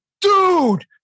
dude